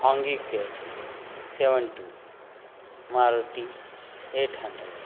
हांगीकेब seven two Maruti eight hundred